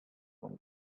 from